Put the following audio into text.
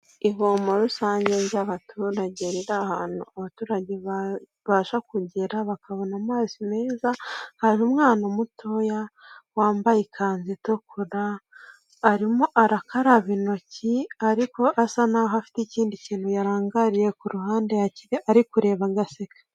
Ivomo rusange ry'abaturage riri ahantu abaturage babasha kugera bakabona amazi meza, hari umwana mutoya wambaye ikanzu itukura, arimo arakaraba intoki ariko asa naho afite ikindi kintu yarangariye ku ruhande, ari kureba agaseka.